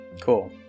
Cool